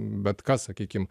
bet kas sakykim